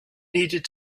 needed